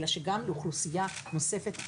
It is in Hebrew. אלא שאנחנו דואגים גם לאוכלוסייה נוספת.